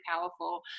powerful